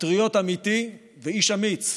פטריוט אמיתי ואיש אמיץ,